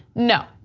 no,